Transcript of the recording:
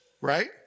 right